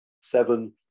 seven